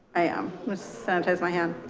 i am ms. sanchez, my hand.